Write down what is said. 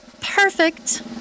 Perfect